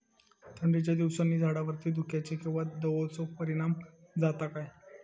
थंडीच्या दिवसानी झाडावरती धुक्याचे किंवा दवाचो परिणाम जाता काय?